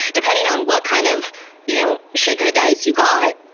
depending on what kind of you know shake of the dice you got,